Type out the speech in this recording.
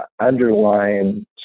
underlying